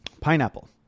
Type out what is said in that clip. pineapple